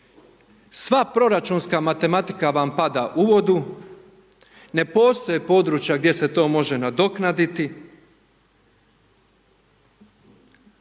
sva proračunska matematika vam pada u vodu, ne postoje područja gdje se to može nadoknaditi,